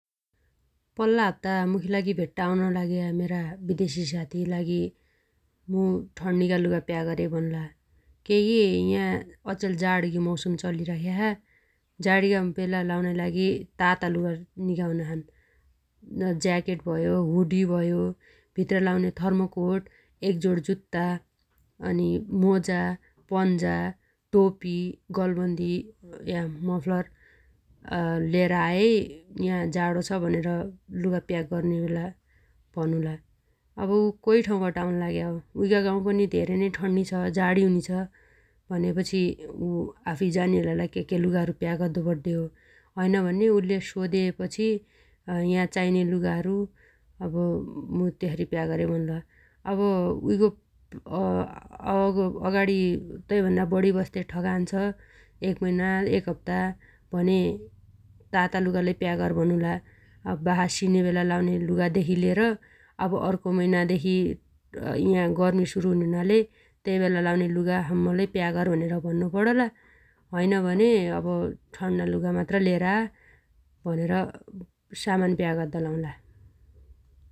पल्ला हप्ता मुखीलागि भेट्ट आउन लाग्या मेरा विदेशी साथी लागि मु ठण्नीगा लुगा प्याक अरेइ भनुला केइगी या अचेल जाडीगी मौसम चलिराख्या छ । जाडिगा बेला लाउनाइ लागि ताता लुगा निगा हुनाछन् । ज्याकेट भयो हुडी भयो भित्र लाउन्या थर्मकोट, एकजोड जुत्ता, अनि मोजा, पन्जा, टोपी, गलबन्दी या मफ्लर लिएर आएइ या जाडो छ भनेर लुगा प्याक गर्ने बेला भनुला । अब उ कै ठाउँबाट आउन लाग्या हो उइगा गाउँपनि धेरै नै ठण्नी छ, जाडी हुनिछ भनेपछि उ आफुइ जानी हेलला केके लुगा प्याक अद्दो पड्डे हो । हैन भने उल्ले सोधेपछि या चाइने लुगाहरू अब मु तेसरी प्याक अरेइ भनुला । अब उइगो अगाडी तैभन्ना बढी बस्ते ठगान छ एक मैना, एक हप्ता भने ताता लुगालै प्याक अरेइ भनुला । अब बासा सिनेबेला लाउन्या लुगादेखि लिएर अब अर्को मैनादेखि या गर्मी सुरु हुने हुनाले त्यै बेला लाउने लुगा सम्म लै प्याक अर भन्नु पणला । हैनभने अब ठण्ना लुगा मात्र लिएर आ भनेर सामान प्याक अद्द लाउला ।